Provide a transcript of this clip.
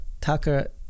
Taka